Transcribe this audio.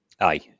Aye